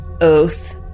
Oath